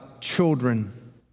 children